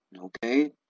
okay